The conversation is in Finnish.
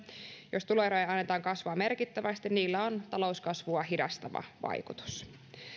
jos tuloerojen annetaan kasvaa merkittävästi niillä on talouskasvua hidastava vaikutus